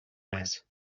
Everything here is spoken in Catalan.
mes